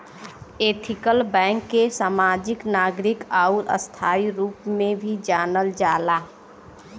ethical bank के समाजिक, नागरिक आउर स्थायी रूप में भी जानल जाला